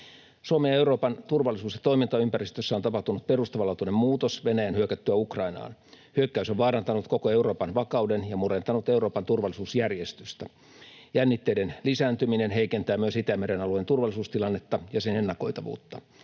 Suomen ja Euroopan turvallisuus- ja toimintaympäristössä on tapahtunut perustavanlaatuinen muutos Venäjän hyökättyä Ukrainaan. Hyökkäys on vaarantanut koko Euroopan vakauden ja murentanut Euroopan turvallisuusjärjestystä. Jännitteiden lisääntyminen heikentää myös Itämeren alueen turvallisuustilannetta ja sen ennakoitavuutta.